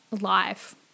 life